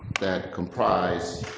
that comprise